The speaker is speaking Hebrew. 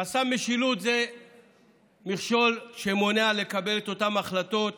חסם משילות הוא מכשול שמונע מלקבל את אותן החלטות